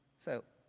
so